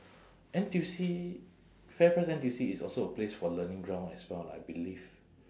N_T_U_C fairprice N_T_U_C is also a place for learning ground as well lah I believe